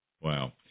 Wow